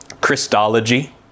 Christology